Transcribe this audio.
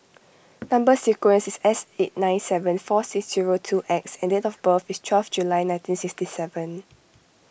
Number Sequence is S eight nine seven four six zero two X and date of birth is twelve July nineteen sixty seven